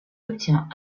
obtient